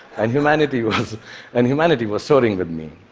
and humanity was and humanity was soaring with me.